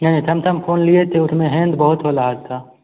नहीं थैमथन फ़ोन लिए थे उसमें हैंड बहुत हो रहा था